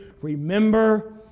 Remember